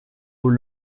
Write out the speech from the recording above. aux